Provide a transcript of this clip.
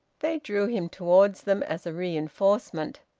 they drew him towards them as a reinforcement,